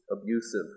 abusive